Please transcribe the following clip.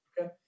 Okay